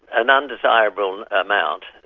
an undesirable amount.